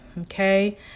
okay